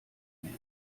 mehr